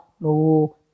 no